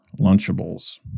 Lunchables